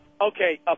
okay